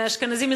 אשכנזים,